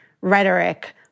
rhetoric